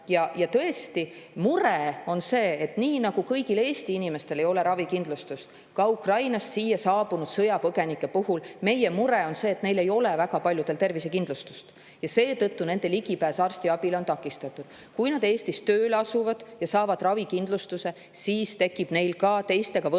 Ja tõesti, mure on see, et nii nagu kõigil Eesti inimestel ei ole ravikindlustust, ei ole seda ka Ukrainast siia saabunud sõjapõgenikel. Meie mure on see, et neil ei ole väga paljudel tervisekindlustust ja seetõttu nende ligipääs arstiabile on takistatud. Kui nad Eestis tööle asuvad ja saavad ravikindlustuse, siis tekib neil teistega võrdsetel